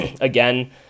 again